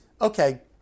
okay